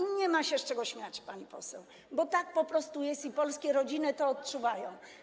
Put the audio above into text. I nie ma się z czego śmiać, pani poseł, bo tak po prostu jest i polskie rodziny to odczuwają.